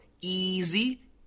Easy